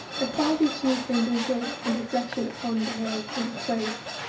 a far-reaching acquaintance with, and reflection upon, the world and its ways,